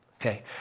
okay